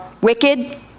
wicked